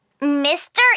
Mr